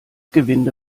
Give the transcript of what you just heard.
gewinde